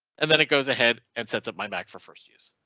and then it goes ahead and set up my back for first use.